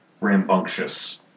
rambunctious